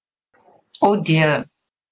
oh dear